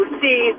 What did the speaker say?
see